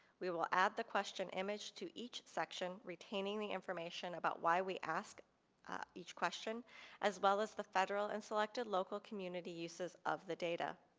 we will add the question image to each section retaining the information about why we asked each question as well as the federal and selected local community uses of the data.